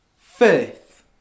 faith